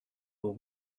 will